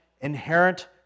inherent